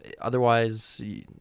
otherwise